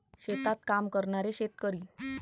शेतात काम करणारे शेतकरी